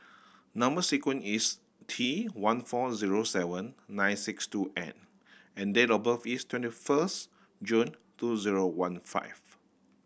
number sequence is T one four zero seven nine six two N and date of birth is twenty first June two zero one five